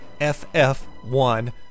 FF1